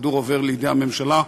הכדור עובר לידי הממשלה.